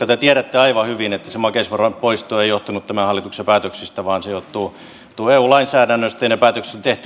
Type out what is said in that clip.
te tiedätte aivan hyvin että se makeisveron poisto ei johtunut tämän hallituksen päätöksistä vaan se johtuu eu lainsäädännöstä ja ne päätökset on tehty jo aiemmin